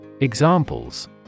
Examples